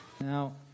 Now